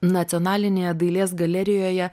nacionalinėje dailės galerijoje